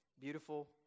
beautiful